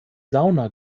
sauna